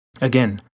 Again